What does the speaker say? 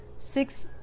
six